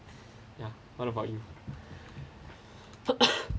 ya what about you